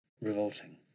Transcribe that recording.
revolting